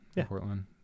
portland